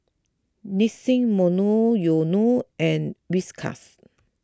Nissin Monoyono and Whiskas